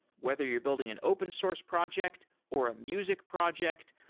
whether you're building an open source project, or a music project,